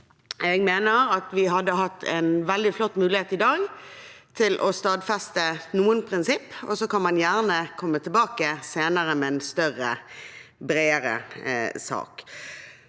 Jeg mener at vi hadde hatt en veldig flott mulighet i dag til å stadfeste noen prinsipper, og så kan man gjerne komme tilbake senere med en større og bredere sak.